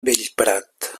bellprat